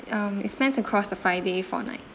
um it spans across the five day four night